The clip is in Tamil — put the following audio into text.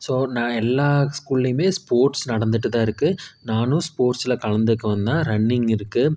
ஸோ நா எல்லா ஸ்கூல்லேயுமே ஸ்போர்ட்ஸ் நடந்துகிட்டு தான் இருக்குது நானும் ஸ்போர்ட்ஸ்சில் கலந்துக்க வந்தேன் ரன்னிங் இருக்குது